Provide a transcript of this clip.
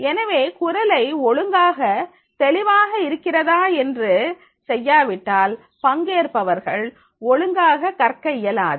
எனவே குரலை ஒழுங்காக தெளிவாக இருக்கிறதா என்று செய்யாவிட்டால் பங்கேற்பவர்கள் ஒழுங்காக கற்க இயலாது